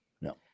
No